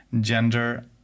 gender